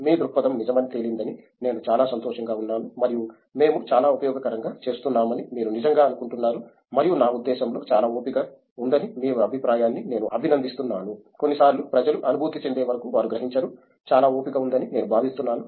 మీ దృక్పథం నిజమని తేలిందని నేను చాలా సంతోషంగా ఉన్నాను మరియు మేము చాలా ఉపయోగకరంగా చేస్తున్నామని మీరు నిజంగా అనుకుంటున్నారు మరియు నా ఉద్దేశ్యంలో చాలా ఓపిక ఉందని మీ అభిప్రాయాన్ని నేను అభినందిస్తున్నాను కొన్ని సార్లు ప్రజలు అనుభూతి చెందే వరకు వారు గ్రహించరు చాలా ఓపిక ఉందని నేను భావిస్తున్నాను